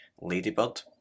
Ladybird